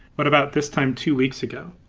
what about this time two weeks ago?